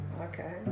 Okay